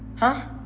huh?